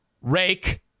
Rake